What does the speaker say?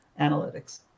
analytics